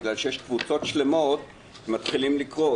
בגלל שיש קבוצות שלמות כשמתחילים לקרוא.